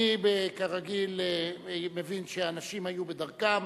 אני כרגיל מבין שאנשים היו בדרכם,